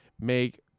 make